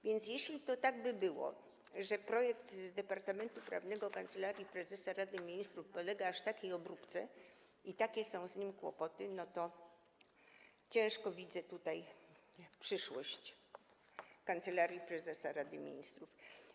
Więc jeśli to jest tak, że projekt z Departamentu Prawnego Kancelarii Prezesa Rady Ministrów podlega aż takiej obróbce i takie są z nim kłopoty, no to ciężko widzę przyszłość Kancelarii Prezesa Rady Ministrów.